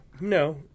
no